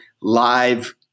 live